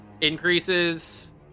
increases